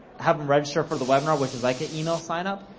have em register for the webinar, which is like an email signup.